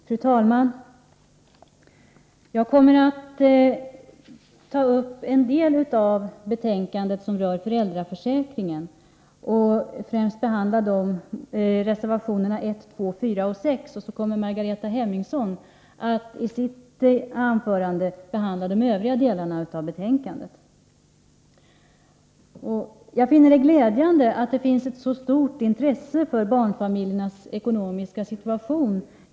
Fru talman! Jag kommer främst att behandla reservationerna 1, 2, 4 och 6 till betänkandet om föräldraförsäkringen. Margareta Hemmingsson kommer i sitt anförande att beröra de övriga delarna av betänkandet. Jag tycker att det är glädjande att det i riksdagen finns ett så stort intresse för barnfamiljernas ekonomiska situation.